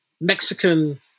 Mexican